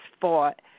fought